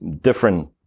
different